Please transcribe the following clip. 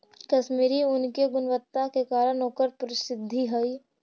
कश्मीरी ऊन के गुणवत्ता के कारण ओकर प्रसिद्धि हइ